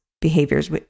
behaviors